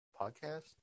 Podcast